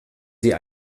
sie